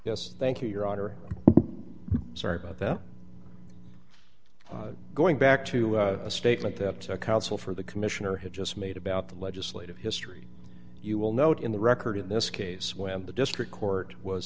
yes thank you your honor i'm sorry about that going back to a statement that a counsel for the commissioner had just made about the legislative history you will note in the record in this case when the district court was